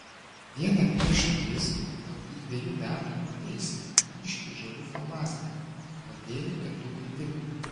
vieną piešinį jis kokių dvejų metų pataisė ryškiai žaliu flomasteriu padėjo tėtukui dirbti